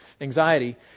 anxiety